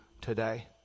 today